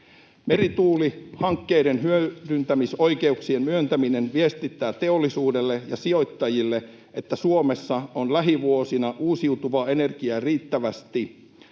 Merituulihankkeiden hyödyntämisoikeuksien myöntäminen viestittää teollisuudelle ja sijoittajille, että Suomessa on lähivuosina uusiutuvaa energiaa riittävästi.